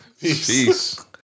Peace